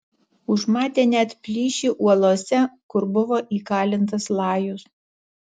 užmatė net plyšį uolose kur buvo įkalintas lajus